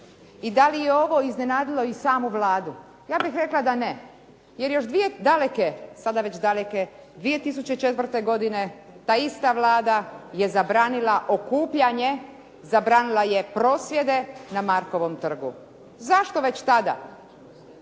i da li je ovo iznenadilo i samu Vladu, ja bih rekla da ne jer još daleke, sada već daleke 2004. godine ta ista Vlada je zabranila okupljanje, zabranila je prosvjede na Markovom trgu. Zašto već tada?